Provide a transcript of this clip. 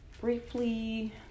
briefly